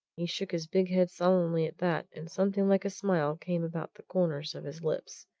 he shook his big head solemnly at that, and something like a smile came about the corners of his lips.